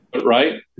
Right